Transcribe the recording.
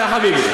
יא חביבי.